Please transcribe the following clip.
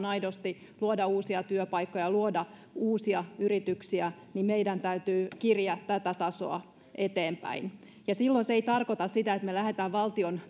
aidosti luoda uusia työpaikkoja luoda uusia yrityksiä meidän täytyy kiriä tätä tasoa eteenpäin silloin se ei tarkoita sitä että me lähdemme valtion